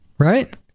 Right